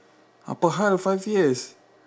apa hal five years